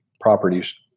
properties